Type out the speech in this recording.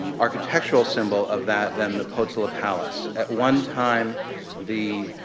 architectural symbol of that than the potala palace, at one time the